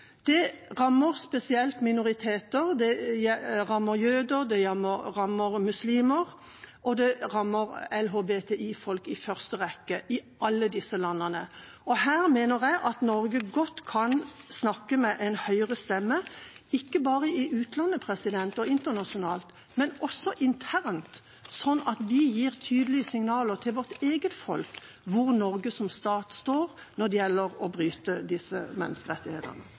Det rammer spesielt minoriteter. Det rammer jøder. Det rammer muslimer, og det rammer LHBTI-folk i første rekke i alle disse landene. Her mener jeg at Norge godt kan snakke med en høyere stemme, ikke bare i utlandet og internasjonalt, men også internt, slik at vi gir tydelige signaler til vårt eget folk om hvor Norge som stat står når det gjelder å bryte disse menneskerettighetene.